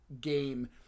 game